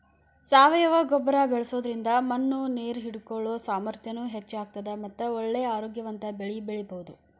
ಸಾವಯವ ಗೊಬ್ಬರ ಬಳ್ಸೋದ್ರಿಂದ ಮಣ್ಣು ನೇರ್ ಹಿಡ್ಕೊಳೋ ಸಾಮರ್ಥ್ಯನು ಹೆಚ್ಚ್ ಆಗ್ತದ ಮಟ್ಟ ಒಳ್ಳೆ ಆರೋಗ್ಯವಂತ ಬೆಳಿ ಬೆಳಿಬಹುದು